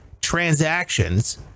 transactions